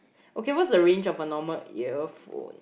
okay what's the range of a normal earphone